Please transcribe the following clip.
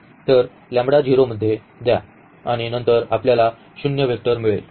तर लॅम्ब्डा 0 मध्ये द्या आणि नंतर आपल्याला शून्य वेक्टर मिळेल